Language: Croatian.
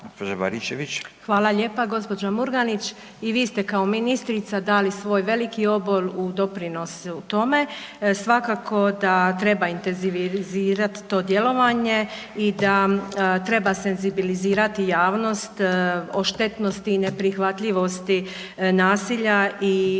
Hvala lijepa gospođo Murganić i vi ste kao ministrica dali svoj veliki obol u doprinosu tome. Svakako da treba intenzivirati to djelovanje i da treba senzibilizirati javnost o štetnosti i neprihvatljivosti nasilja i